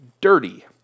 dirty